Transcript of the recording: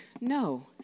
no